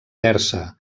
persa